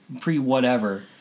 pre-whatever